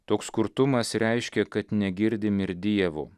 toks kurtumas reiškia kad negirdim ir dievo